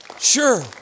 Sure